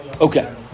Okay